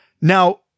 now